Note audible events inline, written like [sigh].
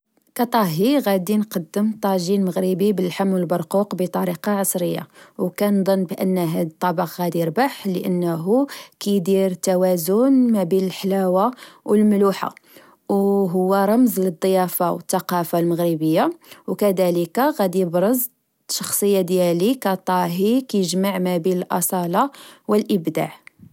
كطاهي غدي نقدم طجين مغريبي باللحم أو البرقوق بطريقة عصرية. أو كنظن بأن هاد الطبق غدي ربح لأنه كدير توازن مبين الحلاوة أو الملوحة، [noise] أو [hesitation] هو رمز للضيافة أو التقافة المغربية، أو كدلك غدي يبرز الشخصية ديالي كطاهي كجمع مبين الأصالة و الإبداع